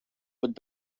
would